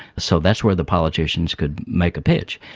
so that's where the politicians could make a pitch.